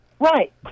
Right